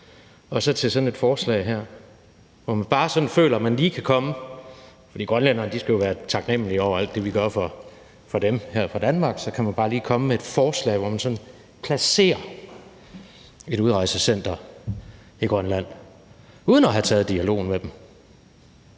og så til sådan et forslag her, hvor man føler, at man bare lige kan komme – for grønlænderne skal jo være taknemlige over alt det, vi gør for dem her fra Danmark – med et forslag, hvor man placerer et udrejsecenter i Grønland, uden at have taget dialogen med dem.